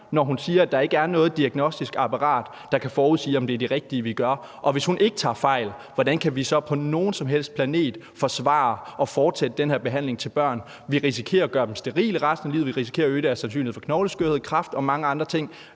når hun siger, at der ikke er noget diagnostisk apparat, der kan forudsige, om det er det rigtige, vi gør. Og hvis hun ikke tager fejl, hvordan kan vi så på nogen som helst planet forsvare at fortsætte den her behandling af børn? Vi risikerer at gøre dem sterile resten af livet, vi risikerer at øge deres sandsynlighed for knogleskørhed, kræft og mange andre ting,